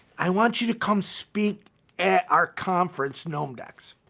i want you to come speak at our conference, gnome decks.